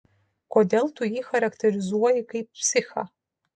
kodėl tu jį charakterizuoji kaip psichą